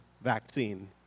vaccine